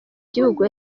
gihugu